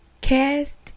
cast